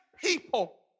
people